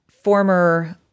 former